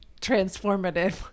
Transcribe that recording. transformative